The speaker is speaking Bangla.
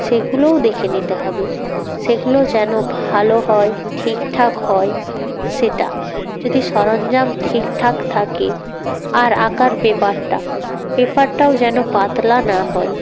সেগুলোও দেখে নিতে হবে সেগুলো যেন ভালো হয় ঠিকঠাক হয় সেটা যদি সরঞ্জাম ঠিকঠাক থাকে আর আঁকার পেপারটা পেপারটাও যেন পাতলা না হয়